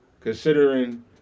Considering